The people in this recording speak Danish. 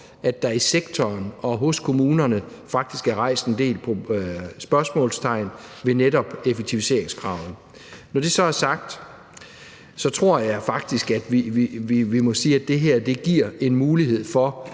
at der i sektoren og hos kommunerne faktisk er sat en del spørgsmålstegn ved netop effektiviseringskravet. Når det så er sagt, tror jeg faktisk, at vi må sige, at det her giver en mulighed for,